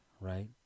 right